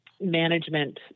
management